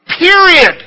period